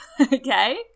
okay